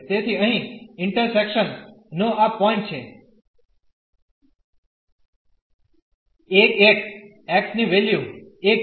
તેથી અહીં ઇન્ટરસેકશન નો આ પોઇન્ટ છે 1 1 x ની વેલ્યુ 1 છે